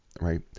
right